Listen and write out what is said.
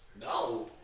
No